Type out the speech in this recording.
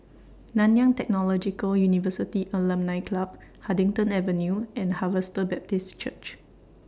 Nanyang Technological University Alumni Club Huddington Avenue and Harvester Baptist Church